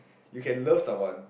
you can love someone